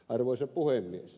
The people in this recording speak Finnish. arvoisa puhemies